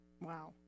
Wow